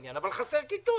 אבל חסרות כיתות,